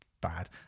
bad